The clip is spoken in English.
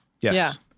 Yes